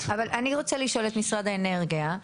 אני רוצה לשאול את משרד האנרגיה.